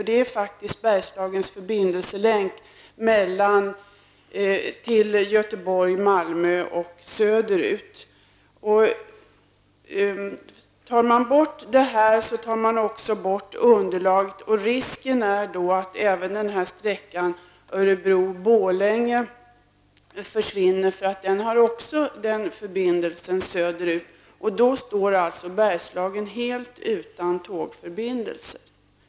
Det är faktiskt Bergslagens förbindelselänk till Göteborg, Malmö och söderut. Risken är då att även sträckan Örebro--Borlänge försvinner. Det är också en förbindelse söderut. Då står Bergslagen helt utan tågförbindelser.